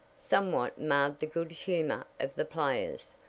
somewhat marred the good humor of the players.